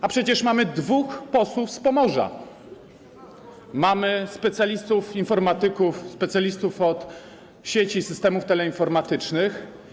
A przecież mamy dwóch posłów z Pomorza, mamy specjalistów, informatyków, specjalistów od sieci, systemów teleinformatycznych.